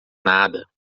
nada